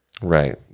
Right